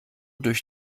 durch